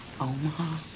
Omaha